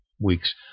weeks